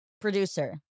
Producer